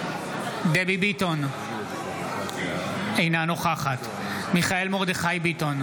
דבי ביטון, אינה נוכחת מיכאל מרדכי ביטון,